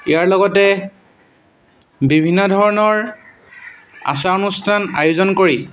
ইয়াৰ লগতে বিভিন্ন ধৰণৰ আচাৰ অনুষ্ঠান আয়োজন কৰি